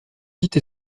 vite